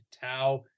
tau